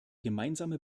gemeinsame